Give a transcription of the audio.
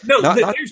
no